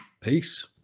Peace